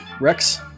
Rex